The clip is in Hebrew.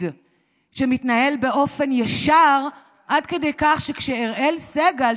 שמתנהל באופן ישר עד כדי כך שכשאראל סג"ל,